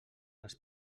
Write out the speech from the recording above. les